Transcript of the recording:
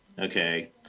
okay